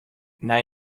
nei